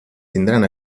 tindran